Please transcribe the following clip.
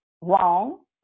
wrong